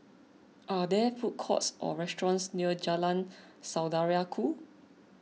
are there food courts or restaurants near Jalan Saudara Ku